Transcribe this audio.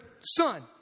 son